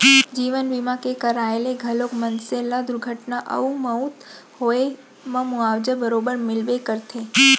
जीवन बीमा के कराय ले घलौक मनसे ल दुरघटना अउ मउत होए म मुवाजा बरोबर मिलबे करथे